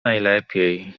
najlepiej